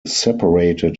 separated